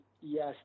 yes